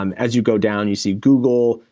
um as you go down you see google,